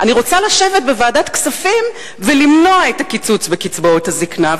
אני רוצה לשבת בוועדת כספים ולמנוע את הקיצוץ בקצבאות הזיקנה.